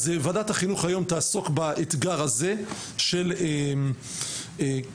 ועדת החינוך תעסוק היום באתגר הזה של זכויות